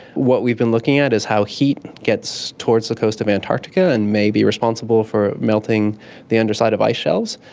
what we've been looking at is how heat gets towards the coast of antarctica, and may be responsible for melting the underside of ice shelves.